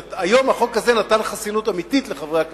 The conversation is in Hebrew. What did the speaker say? היום החוק הזה נתן חסינות אמיתית לחברי הכנסת.